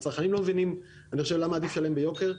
הצרכנים לא מבינים למה עדיף לשלם ביוקר,